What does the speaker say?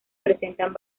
presentan